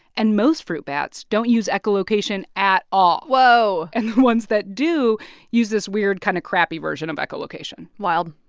and most fruit bats don't use echolocation at all whoa and the ones that do use this weird kind of crappy version of echolocation wild.